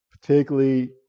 particularly